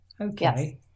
Okay